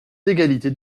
d’égalité